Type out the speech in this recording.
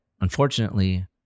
unfortunately